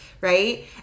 right